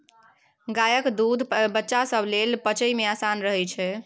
गायक दूध बच्चा सब लेल पचइ मे आसान रहइ छै